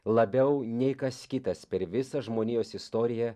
labiau nei kas kitas per visą žmonijos istoriją